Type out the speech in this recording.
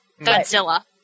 Godzilla